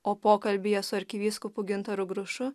o pokalbyje su arkivyskupu gintaru grušu